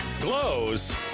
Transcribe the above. glows